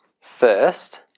First